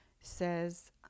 says